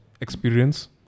Experience